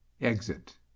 Exit